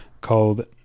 called